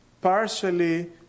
partially